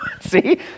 See